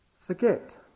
forget